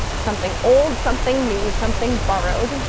something old something new something borrowed.